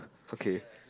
okay